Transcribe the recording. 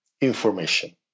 information